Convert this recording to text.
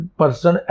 person